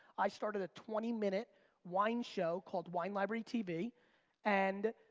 i started a twenty minute wine show, called wine library tv and